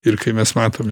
ir kai mes matome